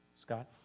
Scott